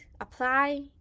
apply